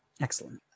Excellent